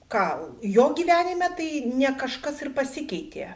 ką jo gyvenime tai ne kažkas ir pasikeitė